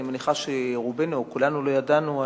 ואני מניחה שרובנו או כולנו לא ידענו,